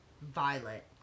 Violet